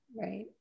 right